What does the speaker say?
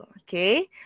okay